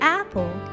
apple